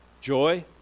joy